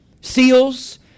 Seals